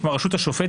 כמו הרשות השופטת,